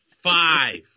Five